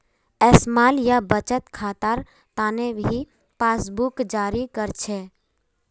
small या बचत खातार तने भी पासबुकक जारी कर छे